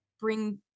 bring